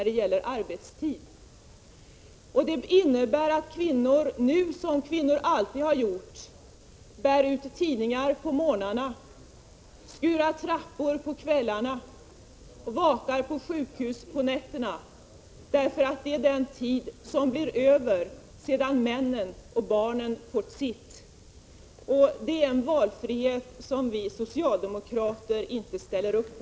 Detta innebär att kvinnor nu, som kvinnor alltid har gjort, bär ut tidningar om morgnarna, skurar trappor på kvällarna, vakar på sjukhus på nätterna, därför att detta är den tid som blir över sedan männen och barnen har fått sitt. Detta är en valfrihet som vi socialdemokrater inte ställer upp på.